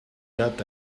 that